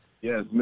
Yes